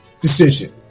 Decision